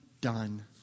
done